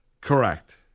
Correct